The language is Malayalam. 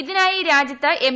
ഇതിനായി രാജൃത്ത് എം